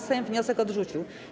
Sejm wniosek odrzucił.